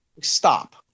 stop